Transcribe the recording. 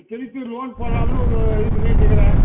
திருப்பி லோன் போடலாம்னு ஒரு இது பண்ணிகிட்டுக்கிறேன்